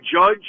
Judge